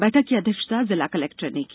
बैठक की अध्यक्षता जिला कलेक्टर ने की